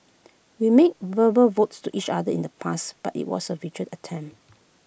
we made verbal votes to each other in the past but IT was A vi gin attempt